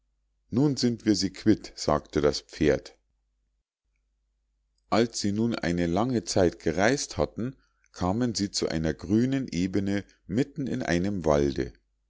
nun sind wir sie quitt sagte das pferd als sie nun eine lange lange zeit gereis't hatten kamen sie zu einer grünen ebene mitten in einem walde